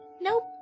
Nope